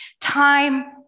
time